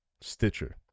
Stitcher